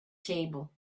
table